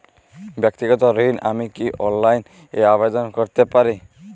ব্যাক্তিগত ঋণ আমি কি অনলাইন এ আবেদন করতে পারি?